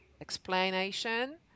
Explanation